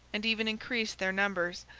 and even increased their numbers,